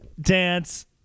dance